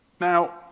Now